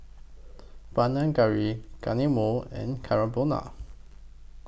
Panang Curry Guacamole and Carbonara